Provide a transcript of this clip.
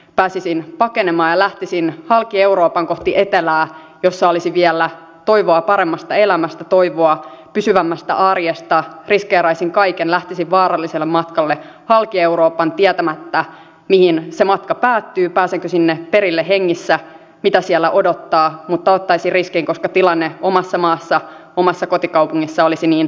pääsisin pakenemaan ja lähtisin halki euroopan kohti etelää jossa olisi vielä toivoa paremmasta elämästä toivoa pysyvämmästä arjesta riskeeraisin kaiken lähtisin vaaralliselle matkalle halki euroopan tietämättä mihin se matka päättyy pääsenkö sinne perille hengissä mitä siellä odottaa mutta ottaisin riskin koska tilanne omassa maassa omassa kotikaupungissani olisi niin paha